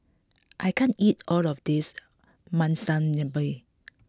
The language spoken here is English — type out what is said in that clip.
I can't eat all of this Monsunabe